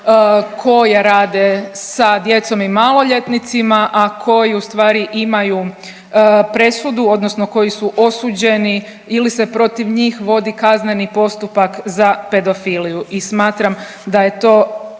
koje rade sa djecom i maloljetnicima, a koji ustvari imaju presudu odnosno koji su osuđeni ili se protiv njih vodi kazneni postupak za pedofiliju i smatram da je to